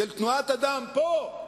של תנועת אדם פה,